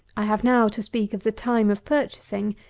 i have now to speak of the time of purchasing,